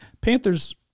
Panthers